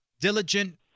diligent